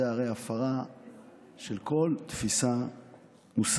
זה הרי הפרה של כל תפיסה מוסרית.